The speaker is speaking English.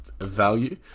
value